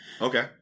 Okay